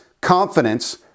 confidence